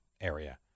area